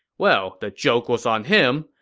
well, the joke was on him.